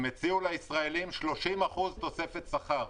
הם הציעו לישראלים 30% תוספת שכר.